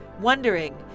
wondering